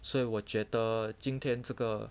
所以我觉得今天这个